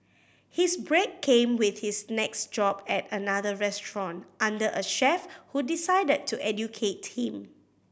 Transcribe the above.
his break came with his next job at another restaurant under a chef who decided to educate him